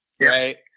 right